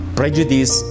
prejudice